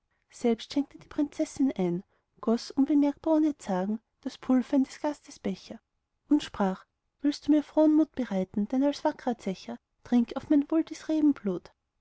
selbst schenkte die prinzessin ein goß unbemerkbar ohne zagen das pulver in des gastes becher und sprach willst du mir frohen mut bereiten dann als wackrer zecher trink auf mein wohl dies